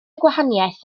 gwahaniaeth